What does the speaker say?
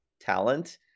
Talent